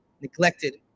neglected